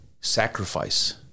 sacrifice